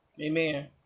Amen